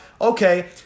okay